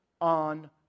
on